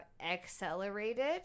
accelerated